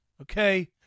okay